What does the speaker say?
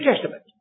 Testament